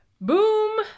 Boom